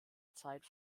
zeit